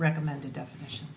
recommended definition